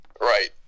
Right